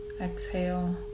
exhale